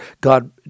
God